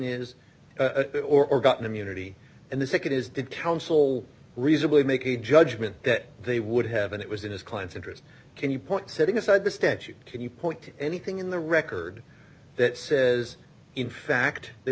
is or gotten immunity and the nd is did counsel reasonably make a judgment that they would have and it was in his client's interest can you point setting aside the statute can you point to anything in the record that says in fact they